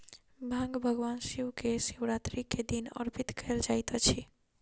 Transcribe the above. भांग भगवान शिव के शिवरात्रि के दिन अर्पित कयल जाइत अछि